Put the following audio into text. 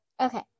Okay